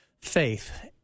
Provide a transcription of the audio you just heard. faith